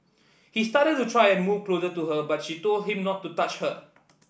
he started to try and move closer to her but she told him not to touch her